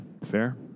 fair